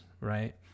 right